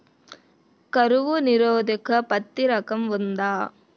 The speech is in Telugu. కరువు నిరోధక పత్తి రకం ఉందా?